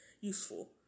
useful